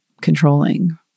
Controlling